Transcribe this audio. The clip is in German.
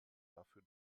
dafür